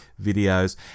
videos